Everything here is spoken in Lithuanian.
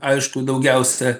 aišku daugiausia